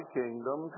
kingdom